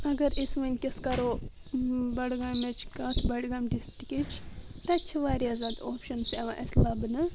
اگر اسۍ ونکیٚنس کرو بڈگامِچ کتھ بڈگام ڈسٹرکٕچ تتہِ چھِ واریاہ زیادٕ اوپشنٕز یوان اسہِ لبنہٕ